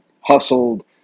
hustled